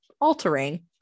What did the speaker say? altering